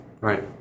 Right